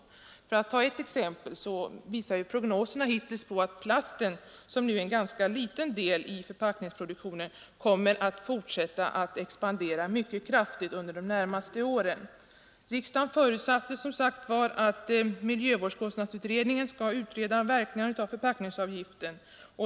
För att ta ett exempel visar prognoserna hittills att den energikrävande plasten, som nu ingår som en ganska liten del i förpackningsproduktionen, kommer att fortsätta att expandera mycket kraftigt under de närmaste åren. Riksdagen förutsatte som sagt att miljökostnadsutredningen skall utreda verkningarna av förpackningsavgiften.